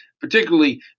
Particularly